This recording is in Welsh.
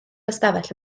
ystafell